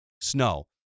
snow